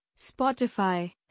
Spotify